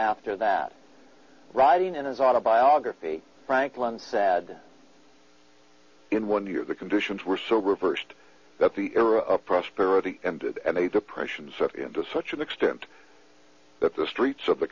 after that rioting in his autobiography franklin said in one year the conditions were so reversed that the era of prosperity and depressions to such an extent that the streets of the